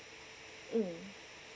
mm